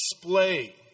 display